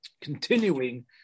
continuing